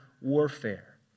warfare